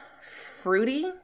fruity